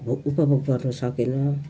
भोग उपभोग गर्न सकेन